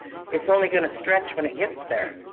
it's only going to stretch when it gets there.